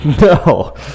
No